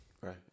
Right